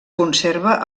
conserva